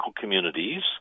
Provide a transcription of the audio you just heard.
communities